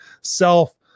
self